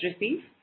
receive